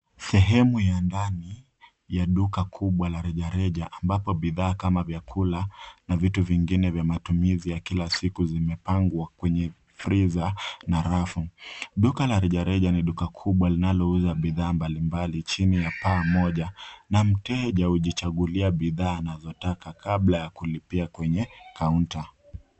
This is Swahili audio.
Sehemu ya ndani ya duka kubwa ya reja reja ambapo bidhaa kama vya kula na vitu vingine vya matumizi ya kila siku zimepangwa kwenye friza na rafu. Duka la reja reja ni duka kubwa linalouza bidhaa mbali mbali chini ya paa moja na mteja na mteja hujichagulia bidhaa anazotaka kabla ya kulipia kwenye kaunta.